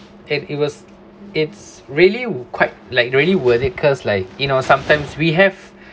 and it was it's really quite like really worth it cause like you know sometimes we have